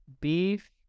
beef